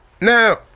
Now